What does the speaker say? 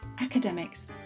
academics